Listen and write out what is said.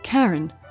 Karen